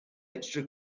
extra